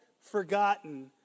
forgotten